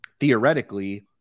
theoretically